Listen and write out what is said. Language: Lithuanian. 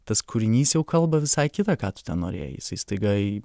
tas kūrinys jau kalba visai kitą ką tu ten norėjai jisai staiga